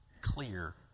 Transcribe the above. clear